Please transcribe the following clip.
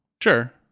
Sure